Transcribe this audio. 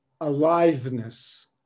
aliveness